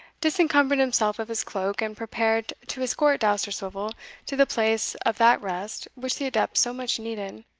disencumbered himself of his cloak, and prepared to escort dousterswivel to the place of that rest which the adept so much needed.